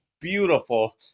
beautiful